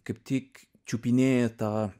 kaip tik čiupinėja tą